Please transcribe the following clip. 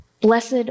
Blessed